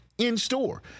in-store